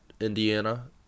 Indiana